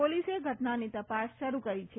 પોલીસે ઘટનાની તપાસ શરૂ કરી છે